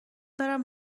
برم